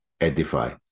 edify